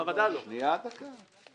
שנייה, דקה.